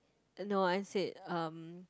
eh no I said um